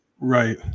Right